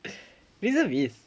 reservist